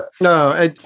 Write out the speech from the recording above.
No